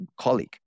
colleague